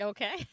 Okay